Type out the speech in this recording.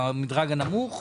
במדרג הנמוך?